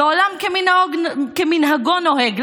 ועולם כמנהגו נוהג,